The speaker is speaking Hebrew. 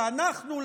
כי אנחנו,